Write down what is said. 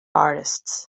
artists